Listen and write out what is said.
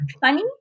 funny